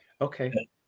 Okay